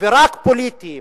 ורק פוליטיים.